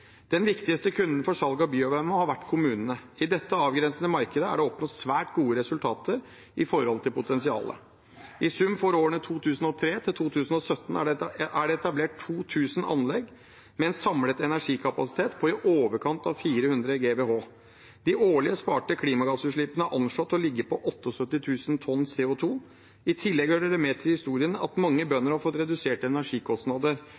Den viktigste kunden for salg av biovarme har vært kommunene. I dette avgrensede markedet er det oppnådd svært gode resultater sett i forhold til potensialet. I sum for årene 2003–2017 er det etablert 2 000 anlegg med en samlet energikapasitet på i overkant av 400 GWh. De årlige sparte klimagassutslippene er anslått til å ligge på 78 000 tonn CO 2 . I tillegg hører det med til historien at mange bønder har fått reduserte energikostnader,